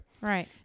Right